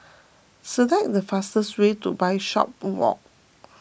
select the fastest way to Bishopswalk